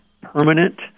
permanent